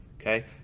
okay